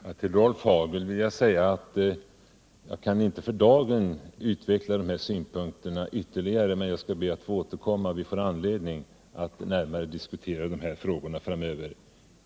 Herr talman! Till Rolf Hagel vill jag säga att jag inte för dagen kan utveckla synpunkterna ytterligare, men jag skall be att få återkomma. Vi får anledning att närmare diskutera de här frågorna framöver.